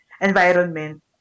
environment